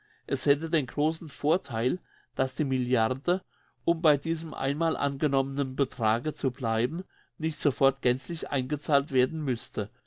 es hätte den grossen vortheil dass die milliarde um bei diesem einmal angenommenen betrage zu bleiben nicht sofort gänzlich eingezahlt werden müsste